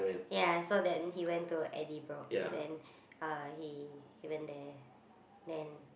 ya so then he went to Eddie-Brock then uh he he went there then